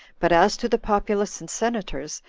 but as to the populace and senators,